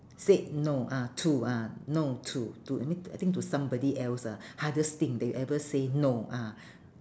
said no ah to ah no to to I need I think to somebody else ah hardest thing that you ever say no ah